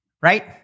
right